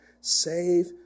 Save